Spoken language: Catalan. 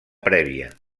prèvia